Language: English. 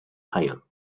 higher